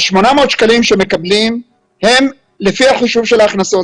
ה-800 שקלים שמקבלים הם לפי החישוב של ההכנסות.